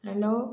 hello